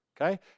Okay